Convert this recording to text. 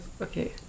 okay